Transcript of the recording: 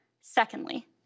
Secondly